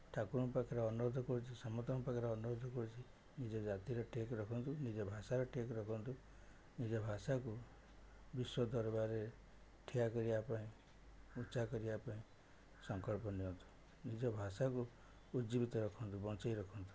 ଠାକୁରଙ୍କ ପାଖରେ ଅନୁରୋଧ କରୁଛି ସମସ୍ତଙ୍କ ପାଖରେ ଅନୁରୋଧ କରୁଛି ନିଜ ଜାତିର ଟେକ ରଖନ୍ତୁ ନିଜ ଭାଷାର ଟେକ ରଖନ୍ତୁ ନିଜ ଭାଷାକୁ ବିଶ୍ଵ ଦରବାରରେ ଠିଆ କରିବାପାଇଁ ଉଚ୍ଚା କରିବା ପାଇଁ ସଂକଳ୍ପ ନିଅନ୍ତୁ ନିଜ ଭାଷାକୁ ଉଜ୍ଜୀବିତ ରଖନ୍ତୁ ବଞ୍ଚେଇ ରଖନ୍ତୁ